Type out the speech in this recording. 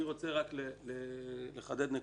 כשמישהו רוצה לעשות עסקה בשחור מעל 11 אלף שקל,